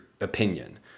opinion